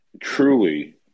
truly